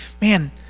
man